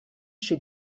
she